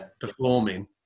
performing